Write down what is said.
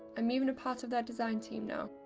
i'm even a part of their design team now,